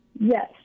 Yes